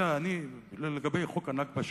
לגבי חוק ה"נכבה",